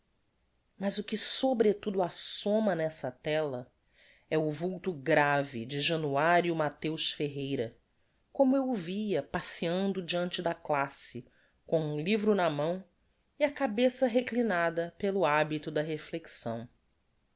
mas o que sobretudo assoma nessa tela é o vulto grave de januario matheus ferreira como eu o via passeando deante da classe com um livro na mão e a cabeça reclinada pelo habito da reflexão